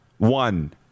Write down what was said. One